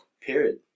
Period